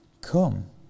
Come